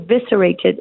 eviscerated